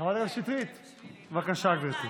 חברת הכנסת שטרית, בבקשה, גברתי.